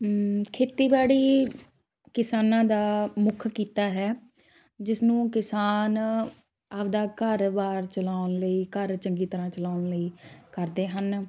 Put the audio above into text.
ਖੇਤੀਬਾੜੀ ਕਿਸਾਨਾਂ ਦਾ ਮੁੱਖ ਕਿੱਤਾ ਹੈ ਜਿਸ ਨੂੰ ਕਿਸਾਨ ਆਪਣਾ ਘਰ ਬਾਰ ਚਲਾਉਣ ਲਈ ਘਰ ਚੰਗੀ ਤਰ੍ਹਾਂ ਚਲਾਉਣ ਲਈ ਕਰਦੇ ਹਨ